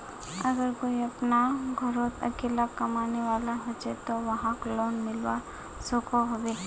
अगर कोई अपना घोरोत अकेला कमाने वाला होचे ते वाहक लोन मिलवा सकोहो होबे?